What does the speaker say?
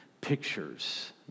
pictures